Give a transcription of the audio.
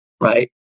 Right